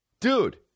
dude